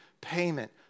payment